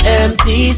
empty